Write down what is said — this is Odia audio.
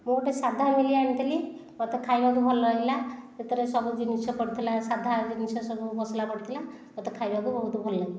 ମୁଁ ଗୋଟିଏ ସାଧା ମିଲ୍ ଆଣିଥିଲି ମୋତେ ଖାଇବାକୁ ଭଲଲାଗିଲା ସେଥିରେ ସବୁ ଜିନିଷ ପଡ଼ିଥିଲା ସାଧା ଜିନିଷ ସବୁ ମସଲା ପଡ଼ିଥିଲା ମୋତେ ଖାଇବାକୁ ବହୁତ ଭଲଲାଗିଲା